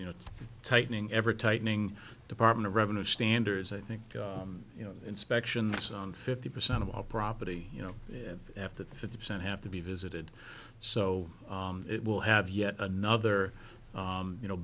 you know tightening ever tightening department revenue standards i think you know inspection fifty percent of all property you know after fifty percent have to be visited so it will have yet another you know